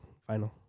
Final